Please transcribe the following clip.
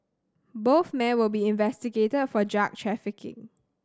both men will be investigated for drug trafficking